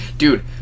Dude